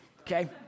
okay